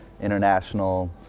international